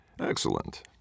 excellent